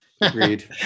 Agreed